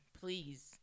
please